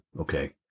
Okay